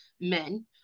men